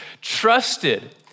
trusted